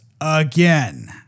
again